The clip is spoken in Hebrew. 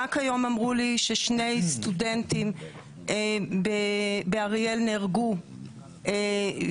רק היום אמרו לי ששני סטודנטים באריאל נהרגו ויש